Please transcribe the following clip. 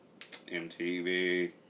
MTV